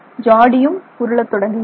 ஜாடியும் உருள தொடங்குகிறது